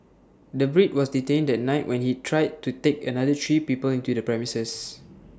the Brit was detained that night when he tried to take another three people into the premises